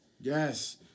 yes